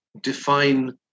define